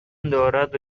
دارد